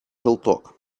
желток